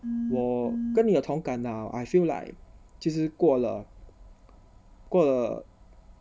我跟你有同感 lah I feel like 就是过了过了